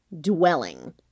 dwelling